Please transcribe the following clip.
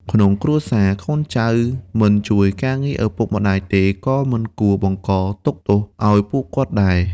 ក្នុងគ្រួសារ បើកូនចៅមិនជួយការងារឪពុកម្ដាយទេ ក៏មិនគួរបង្កទុក្ខទោសឱ្យពួកគាត់ដែរ។